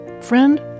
Friend